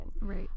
Right